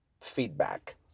feedback